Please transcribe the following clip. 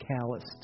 calloused